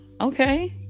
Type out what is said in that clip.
Okay